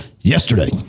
yesterday